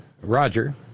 Roger